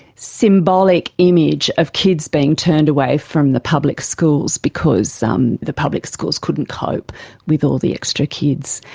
symbolic image of kids being turned away from the public schools because um the public schools couldn't cope with all the extra kids.